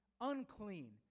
unclean